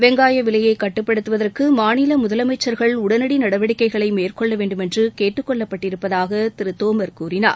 வெங்காய விலையை கட்டுப்படுத்துவதற்கு மாநில முதலமைச்சர்கள் உடனடி நடவடிக்கைகளை மேற்கொள்ள வேண்டுமென்று கேட்டுக் கொள்ளப்பட்டிருப்பதாக திரு தோமர் கூறினார்